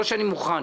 לא שאני מוכן,